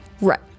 right